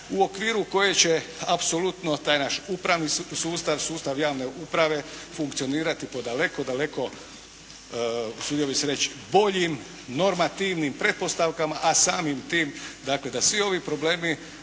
u okviru koje će apsolutno taj naš upravni sustav, sustav javne uprave funkcionirati po daleko, daleko, usudio bih se reći boljim normativnim pretpostavkama. A samim tim dakle da svi ovi problemi